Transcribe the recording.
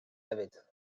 hefyd